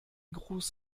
gruß